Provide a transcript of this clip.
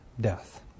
Death